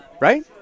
right